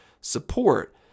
support